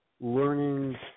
learning